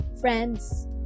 Friends